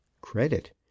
Credit